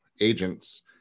agents